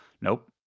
nope